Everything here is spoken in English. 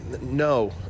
No